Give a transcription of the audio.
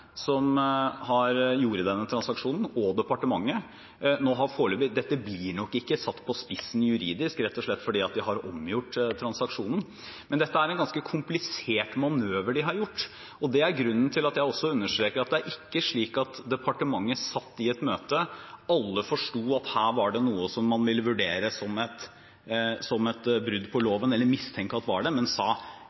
som gjorde denne transaksjonen, og departementet. Dette blir nok ikke satt på spissen juridisk, rett og slett fordi de har omgjort transaksjonen. Men det er en ganske komplisert manøver de har gjort, og det er grunnen til at jeg også understreker at det ikke er slik at departementet satt i et møte, alle forsto at her var det noe man ville vurdere som et brudd på loven, eller mistenke at var det, men sa: